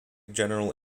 general